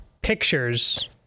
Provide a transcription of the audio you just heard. pictures